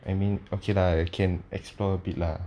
I mean okay lah you can explore a bit lah